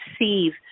receive